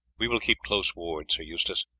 we will keep close ward, sir eustace.